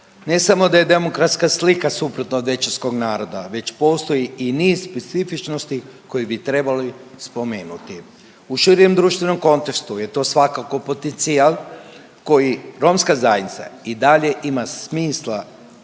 Ne samo da je demografska slika suprotna od većinskog naroda već postoji i niz specifičnosti koji bi trebali spomenuti. U širem društvenom kontekstu je to svakako potencijal koji romska zajednica i dalje ima smisla